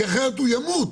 כי אחרת הוא ימות,